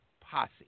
posse